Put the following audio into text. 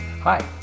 Hi